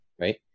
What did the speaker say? right